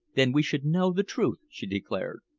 then we should know the truth, she declared.